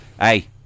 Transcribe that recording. Hey